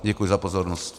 Děkuji za pozornost.